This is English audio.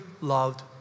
loved